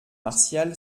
martial